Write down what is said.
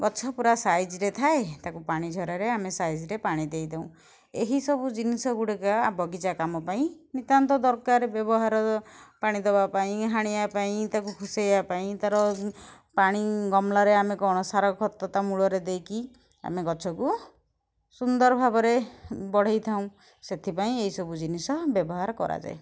ଗଛ ପୁରା ସାଇଜ୍ ରେ ଥାଏ ତାକୁ ପାଣିଝରାରେ ଆମେ ସାଇଜ୍ ରେ ପାଣି ଦେଇଦେଉ ଏହି ସବୁ ଜିନିଷ ଗୁଡ଼ିକ ଆ ବଗିଚା କାମ ପାଇଁ ନିତ୍ୟାନ୍ତ ଦରକାର ବ୍ୟବହାର ପାଣି ଦେବା ପାଇଁ ହାଣିବା ପାଇଁ ତାକୁ ଖୁସେଇବା ପାଇଁ ତା'ର ପାଣି ଗମଲାରେ ଆମେ କଣ ସାର ଖତ ତା ମୂଳରେ ଦେଇକି ଆମେ ଗଛକୁ ସୁନ୍ଦର ଭାବରେ ବଢ଼େଇ ଥାଉ ସେଥିପାଇଁ ଏଇ ସବୁ ଜିନିଷ ବ୍ୟବହାର କରାଯାଏ